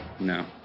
no